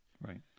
Right